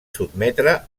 sotmetre